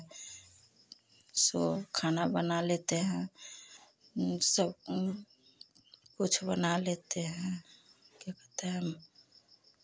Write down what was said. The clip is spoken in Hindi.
सो खाना बना लेते हैं सब कुछ बना लेते हैं क्या कहते हैं